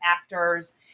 actors